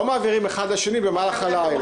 לא מעבירים אחד לשני במהלך הלילה.